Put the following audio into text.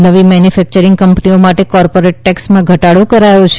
નવી મેન્યુફેક્ચરીંગ કંપનીઓ માટે કોર્પોરેટ ટેક્સમાં ઘટાડો કરાયો છે